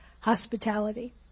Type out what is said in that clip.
hospitality